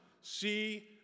see